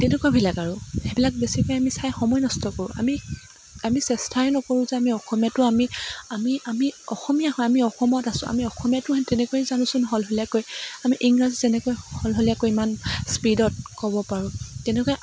তেনেকুৱাবিলাক আৰু সেইবিলাক বেছিকৈ আমি চাই আমি সময় নষ্ট কৰোঁ আমি আমি চেষ্টাই নকৰোঁ যে আমি অসমীয়াটো আমি আমি আমি অসমীয়া হয় আমি অসমত আছো আমি অসমীয়াটো তেনেকৈয়ে জানোচোন শলশলীয়াকৈ আমি ইংৰাজী যেনেকৈ শলশলীয়াকৈ ইমান স্পীডত ক'ব পাৰোঁ তেনেকৈ